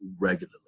regularly